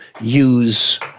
use